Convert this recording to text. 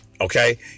Okay